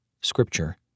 Scripture